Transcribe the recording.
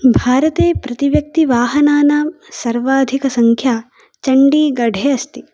भारते प्रतिव्यक्तिवाहनानां सर्वाधिकसङ्ख्या चण्डीगढे अस्ति